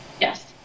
Yes